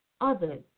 others